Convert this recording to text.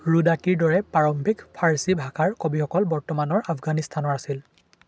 ৰুদাকীৰ দৰে প্ৰাৰম্ভিক ফাৰ্চী ভাষাৰ কবিসকল বৰ্তমানৰ আফগানিস্তানৰ আছিল